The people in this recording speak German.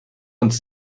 uns